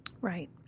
Right